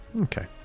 Okay